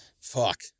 Fuck